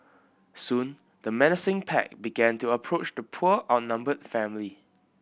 soon the menacing pack began to approach the poor outnumbered family